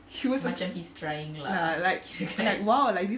he was macam ya like !wow!